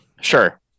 Sure